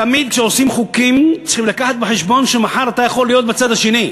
תמיד כשעושים חוקים צריכים להביא בחשבון שמחר אתה יכול להיות בצד השני.